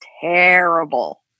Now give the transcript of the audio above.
terrible